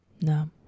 no